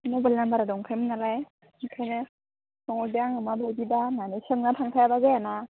mobile नाम्बारा दंखायोमोन नालाय ओंखायनो सोंहरदों आङो माबायदि दा होननानै सोंना थांखायाब्ला जायाना